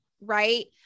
Right